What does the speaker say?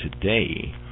today